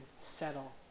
settle